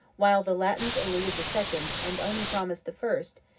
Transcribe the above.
while the latins eluded the second, and only promised the first,